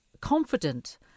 confident